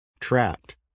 trapped